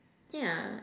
yeah